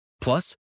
Plus